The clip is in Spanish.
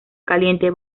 caliente